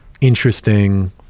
interesting